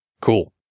Cool